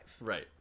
Right